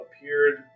appeared